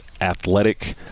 athletic